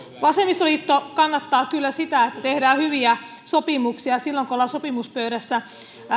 vasemmistoliitto kannattaa kyllä sitä että tehdään hyviä sopimuksia silloin kun ollaan sopimuspöydässä